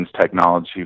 technology